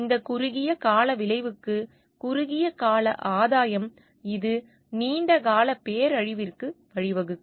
இந்த குறுகிய கால விளைவுக்கு குறுகிய கால ஆதாயம் இது நீண்ட கால பேரழிவிற்கு வழிவகுக்கும்